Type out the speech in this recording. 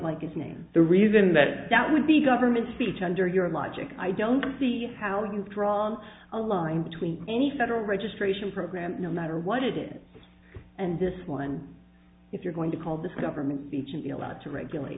like his name the reason that that would be government speech under your logic i don't see how you've drawn a line between any federal registration program no matter what it is and this one if you're going to call this government beach and be allowed to regulate